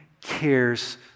cares